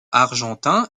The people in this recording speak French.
argentin